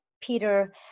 Peter